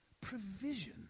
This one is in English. provision